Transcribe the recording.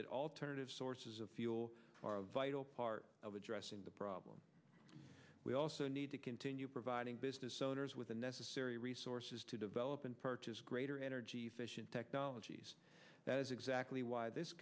that alternative sources of fuel are a vital part of addressing the problem we also need to continue providing business owners with the necessary resources to develop and purchase greater energy efficient technologies that is exactly why this